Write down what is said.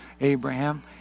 Abraham